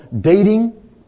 dating